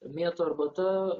mėtų arbata